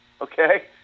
okay